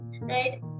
right